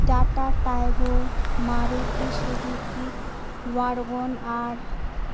Tata Tiago Maruti Suzuki WagonR